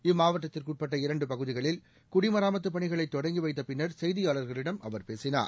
இம்மாவட்டத்திற்கு உட்பட்ட இரண்டு பகுதிகளில் குடிமராமத்துப் பணிகளை தொடங்கி வைத்த பின்னர் செய்தியாளர்களிடம் அவர் பேசினார்